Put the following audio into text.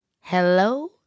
Hello